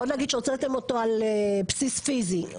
בוא נגיד שהוצאתם אותו על בסיס פיזי.